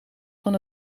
van